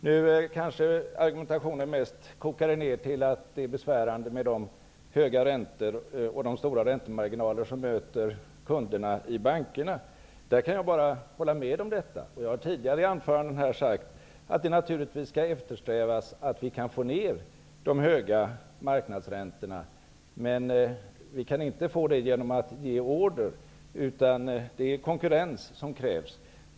Nu kanske argumentationen mest kokade ner till att det är besvärande med de höga räntor och de stora räntemarginaler som möter kunderna i bankerna. Jag kan hålla med om detta. Jag har här tidigare i anföranden sagt att det naturligtvis skall eftersträvas att vi kan få ner de höga marknadsräntorna. Men vi kan inte uppnå det genom att ge order, utan det som krävs är konkurrens.